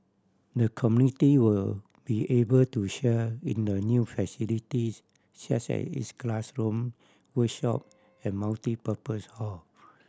the community will be able to share in the new facilities such as its classroom workshop and multipurpose hall